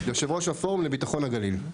יושב ראש הפורום לביטחון הגליל.